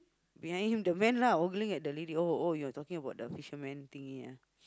behind him the man lah ogling at the lady oh oh you're talking about the fisherman thing ah